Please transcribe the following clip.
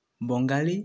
Bengali